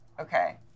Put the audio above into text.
Okay